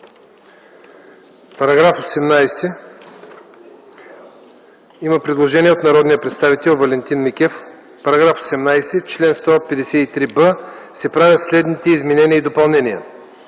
Параграф 18. Има предложение от народния представител Валентин Микев. В § 18, чл. 153б се правят следните изменения и допълнения: